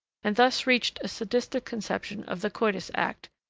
and thus reached a sadistic conception of the coitus act,